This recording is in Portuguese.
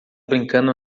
brincando